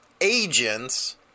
agents